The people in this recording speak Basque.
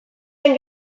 zen